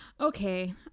Okay